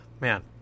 Man